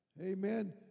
Amen